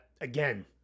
again